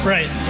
Right